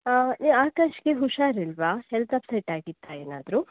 ಆಕಾಶ್ಗೆ ಹುಷಾರಿಲ್ವಾ health upset ಆಗಿತ್ತಾ ಏನಾದರೂ